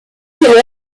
célèbre